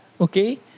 Okay